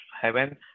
heaven